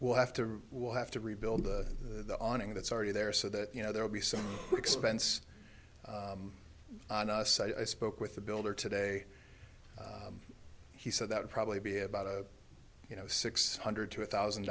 we'll have to will have to rebuild the awning that's already there so that you know there will be some expense on us i spoke with the builder today he said that would probably be about a you know six hundred two thousand